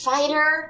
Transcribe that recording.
Fighter